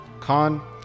Khan